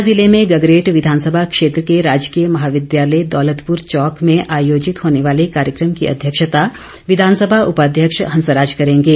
ऊना जिले में गगरेट विघानसभा क्षेत्र के राजकीय महाविद्यालय दौलतपुर चौक में आयोजित होने वाले कार्यक्रम की अध्यक्षता विधानसभा उपाध्यक्ष हंसराज करेंगे